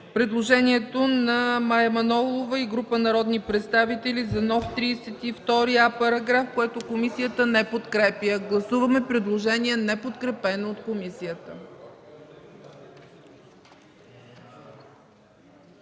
предложението на Мая Манолова и група народни представители за нов § 32а, което комисията не подкрепя. Гласуваме предложение неподкрепено от комисията.